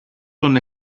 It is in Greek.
των